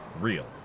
Real